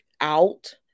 out